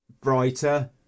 brighter